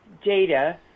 data